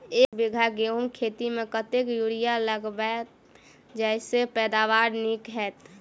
एक बीघा गेंहूँ खेती मे कतेक यूरिया लागतै जयसँ पैदावार नीक हेतइ?